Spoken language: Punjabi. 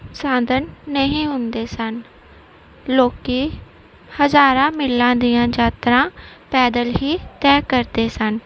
ਸਾਧਨ ਨਹੀਂ ਹੁੰਦੇ ਸਨ ਲੋਕ ਹਜ਼ਾਰਾਂ ਮੀਲਾਂ ਦੀਆਂ ਯਾਤਰਾ ਪੈਦਲ ਹੀ ਤੈਅ ਕਰਦੇ ਸਨ